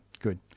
good